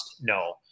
No